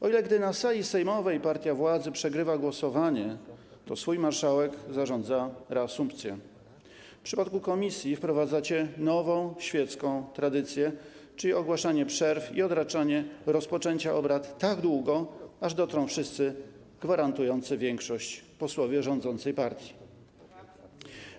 O ile gdy na sali sejmowej partia władzy przegrywa głosowanie, to swój marszałek zarządza reasumpcję, o tyle w przypadku komisji wprowadzacie nową świecką tradycję, czyli ogłaszanie przerw i odraczanie rozpoczęcia obrad tak długo, aż dotrą wszyscy gwarantujący większość posłowie partii rządzącej.